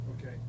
Okay